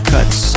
Cuts